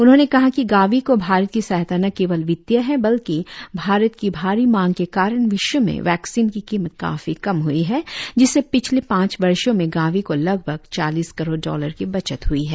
उन्होंने कहा कि गावी को भारत की सहायता न केवल वित्तीय है बल्कि भारत की भारी मांग के कारण विश्व में वैक्सीन की कीमत काफी कम हई है जिससे पिछले पांच वर्षो में गावी को लगभग चालीस करोड डॉलर की बचत हई है